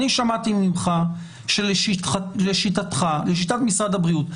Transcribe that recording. שמעתי ממך שלשיטת משרד הבריאות,